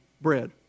bread